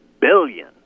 billion